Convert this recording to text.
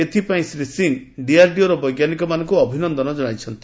ଏଥିପାଇଁ ଶ୍ରୀ ସିଂ ଡିଆରଡିଓର ବୈଜ୍ଞାନିକମାନଙ୍କୁ ଅଭିନନ୍ଦନ ଜଣାଇଛନ୍ତି